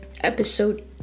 episode